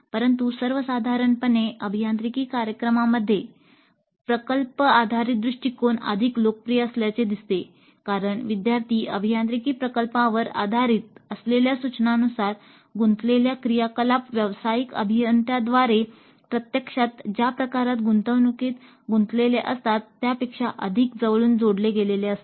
परंतु सर्वसाधारणपणे अभियांत्रिकी कार्यक्रमांमध्ये प्रकल्प आधारित दृष्टिकोन अधिक लोकप्रिय असल्याचे दिसते कारण विद्यार्थी अभियांत्रिकी प्रकल्पांवर आधारित असलेल्या सूचनांनुसार गुंतलेल्या क्रियाकलाप व्यावसायिक अभियंत्यांद्वारे प्रत्यक्षात ज्या प्रकारच्या गुंतवणूकीत गुंतलेले असतात त्यापेक्षा अधिक जवळून जोडले गेलेले असतात